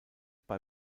bei